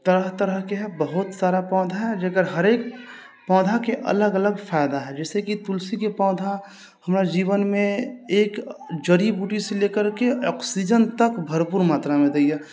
तरह तरहके हइ बहुत सारा पौधा हइ जकर हरेक पौधाके अलग अलग फायदा हइ जैसे कि तुलसीके पौधा हमरा जीवनमे एक जड़ी बूटी से लेकरके ऑक्सीजन तक भरपूर मात्रामे दैया